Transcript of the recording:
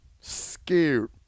Scared